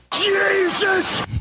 Jesus